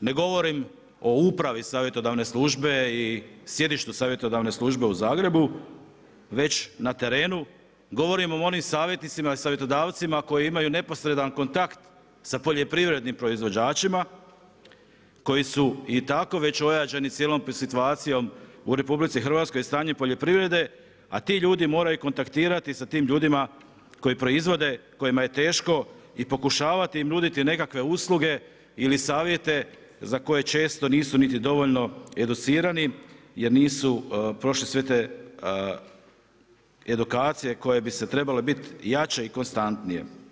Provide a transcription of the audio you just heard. ne govorimo o upravi savjetodavne službe i sjedištu savjetodavne službe u Zagrebu, već na terenu, govorim o onim savjetnicima i savjetodavcima koji imaju neposredan kontakt sa poljoprivrednim proizvođačima, koji su i tako već ojađen cijelom situacijom u RH i stanju poljoprivrede, a ti ljudi moraju kontaktirati sa tim ljudima koji proizvode, kojima je teško, i pokušavati i m nuditi nekakve usluge ili savjete za koje često nisu niti dovoljno educirani jer nisu prošli sve te edukacije koje bi trebale jače i konstantnije.